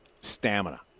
stamina